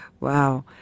wow